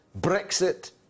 Brexit